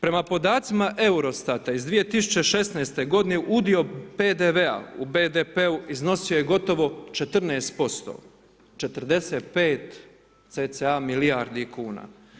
Prema podacima EUROSTAT-a iz 2016. godine, udio PDV-a u BDP-u iznosi je gotovo 14%, 45 cca milijardi kuna.